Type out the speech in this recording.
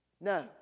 No